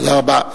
תודה רבה.